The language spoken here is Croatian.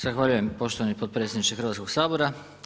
Zahvaljujem poštovani potpredsjednike Hrvatskog sabora.